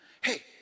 hey